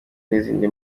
n’izindi